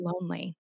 lonely